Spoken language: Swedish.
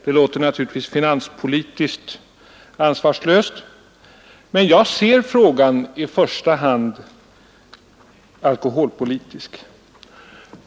Det låter naturligtvis finanspolitiskt ansvarslöst, men jag ser frågan i första hand alkoholpolitiskt.